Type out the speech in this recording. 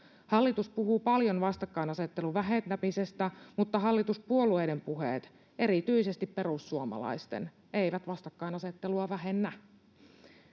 Hallitus puhuu paljon vastakkainasettelun vähentämisestä, mutta hallituspuolueiden puheet, erityisesti perussuomalaisten, eivät vastakkainasettelua vähennä.